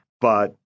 But-